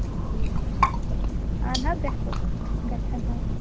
ٹھیٖک اہَن حظ گژھِوٕ گژھیٚن حظ